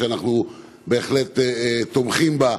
שאנחנו בהחלט תומכים בה,